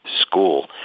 school